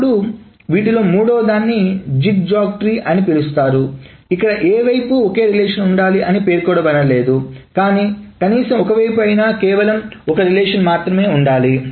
అప్పుడు వీటిలోనే మూడవదాన్ని జిగ్జాగ్ ట్రీ అని పిలుస్తారు ఇక్కడ ఏ వైపు ఒకే రిలేషన్ ఉండాలి అని పేర్కొనబడలేదు కాని కనీసం ఒక వైపు అయినా కేవలం ఒక రిలేషన్ మాత్రమే ఉండాలి